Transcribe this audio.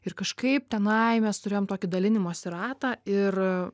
ir kažkaip tenai mes turėjom tokį dalinimosi ratą ir